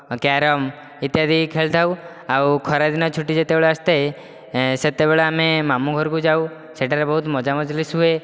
carrom ଇତ୍ୟାଦି ଖେଳିଥାଉ ଆଉ ଖରାଦିନ ଛୁଟି ଯେତେବେଳେ ଆସିଥାଏ ସେତେବେଳେ ଆମେ ମାମୁଁ ଘରକୁ ଯାଉ ସେଠାରେ ବହୁତ ମଜା ମଜଲିସ ହୁଏ